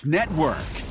Network